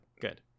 good